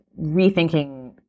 rethinking